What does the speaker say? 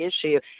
issue